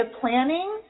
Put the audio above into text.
planning